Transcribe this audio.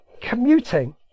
commuting